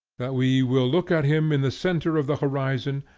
that we will look at him in the centre of the horizon,